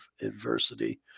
adversity